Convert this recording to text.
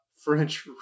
French